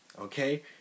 Okay